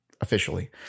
officially